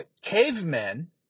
cavemen